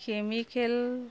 chemical